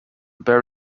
bear